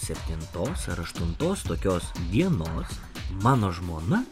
septintos ar aštuntos tokios dienos mano žmona